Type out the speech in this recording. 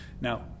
Now